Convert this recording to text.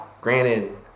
Granted